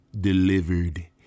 delivered